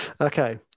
Okay